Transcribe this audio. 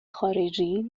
خارجی